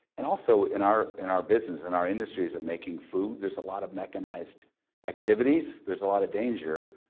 and also, in our in our business and our industries of making food, there's a lot of mechanized activities, there's a lot of danger,